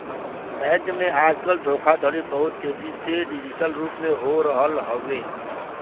bank में आजकल धोखाधड़ी बहुत तेजी से डिजिटल रूप में हो रहल हउवे